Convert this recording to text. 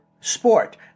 sport